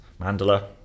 Mandela